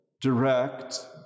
direct